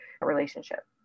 relationship